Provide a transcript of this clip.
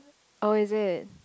oh is it